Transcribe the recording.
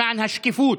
למען השקיפות.